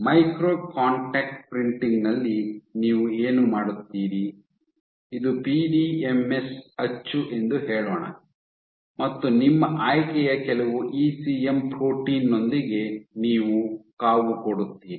micro contact printing ನಲ್ಲಿ ನೀವು ಏನು ಮಾಡುತ್ತೀರಿ ಇದು ಪಿಡಿಎಂಎಸ್ ಅಚ್ಚು ಎಂದು ಹೇಳೋಣ ಮತ್ತು ನಿಮ್ಮ ಆಯ್ಕೆಯ ಕೆಲವು ಇಸಿಎಂ ಪ್ರೋಟೀನ್ ನೊಂದಿಗೆ ನೀವು ಕಾವುಕೊಡುತ್ತೀರಿ